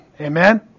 Amen